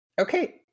Okay